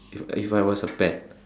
if I if I was a pet